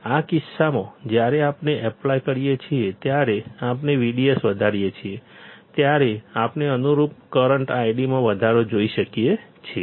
આ કિસ્સામાં જ્યારે આપણે એપ્લાય કરીએ છીએ જ્યારે આપણે VDS વધારીએ છીએ ત્યારે આપણે અનુરૂપ કરંટ ID માં વધારો જોઈ શકીએ છીએ